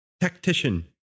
Tactician